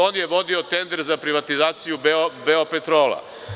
On je vodio tendere za privatizaciju „Beopetrola“